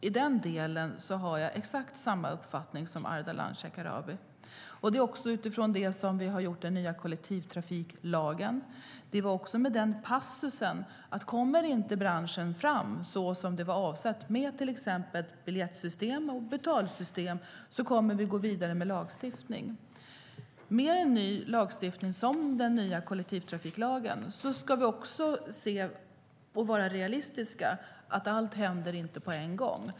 I den delen har jag exakt samma uppfattning som Ardalan Shekarabi. Det är också utifrån det som vi har gjort den nya kollektivtrafiklagen. Vi hade med passusen att tar inte branschen fram till exempel biljettsystem och betalsystem så som det var avsett kommer vi att gå vidare med lagstiftning. Med en lagstiftning som den nya kollektivtrafiklagen ska vi ändå vara realistiska och medvetna om att allt inte händer på en gång.